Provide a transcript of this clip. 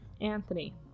Anthony